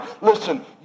Listen